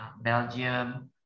Belgium